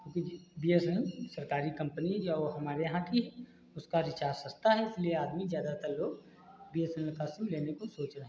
क्योंकि B S N L सरकारी कम्पनी है यौ हमारे यहाँ थी उसका रीचार्ज सस्ता है इसलिए आदमी ज़्यादातर लोग बी एस एन एल का सिम लेने को सोच रहे हैं